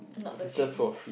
not the freebies